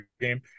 game